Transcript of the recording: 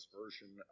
version